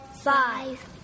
Five